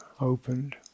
opened